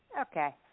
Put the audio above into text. Okay